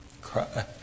cry